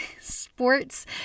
sports